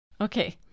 Okay